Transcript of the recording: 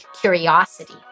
curiosity